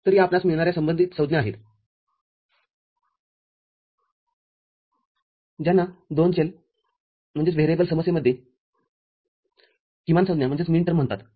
तर या आपणास मिळणाऱ्या संबंधित संज्ञा आहेत ज्यांना दोन चल समस्येमध्ये किमानसंज्ञा म्हणतात